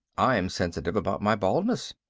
i'm sensitive about my baldness.